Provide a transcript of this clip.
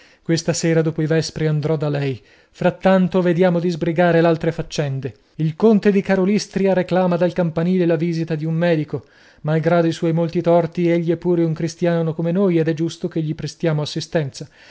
questa sera dopo i vespri andrò da lei frattanto vediamo di sbrigare l'altre faccende il conte di karolystria reclama dal campanile la visita di un medico malgrado i suoi molti torti egli è pure un cristiano come noi ed è giusto che gli prestiamo assistenza